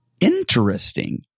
Interesting